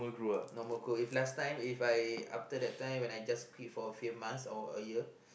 no more good if last time If I after that time when I just pee for a few months or a year